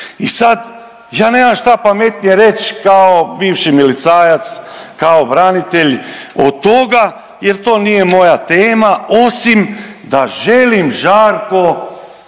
I sad, ja nemam šta pametnije reći kao bivši milicajac, kao branitelj od toga jer to nije moja tema, osim da želim žarko